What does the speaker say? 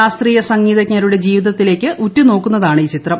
ശാസ്ത്രീയ സംഗീതജ്ഞരുടെ ജീവിതത്തിലേക്ക് ഉറ്റുനോക്കുന്നതാണ് ഈ ചിത്രം